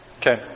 Okay